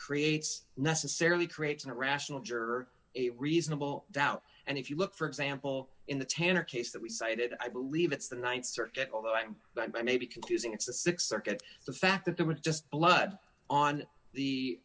creates necessarily creates an irrational juror it reasonable doubt and if you look for example in the tanner case that we cited i believe it's the th circuit although i'm not i may be confusing it's the th circuit the fact that there was just blood on the